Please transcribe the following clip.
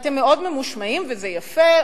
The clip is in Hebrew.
אתם מאוד ממושמעים, וזה יפה.